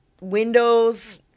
windows